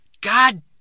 God